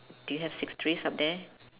do you have six trees up there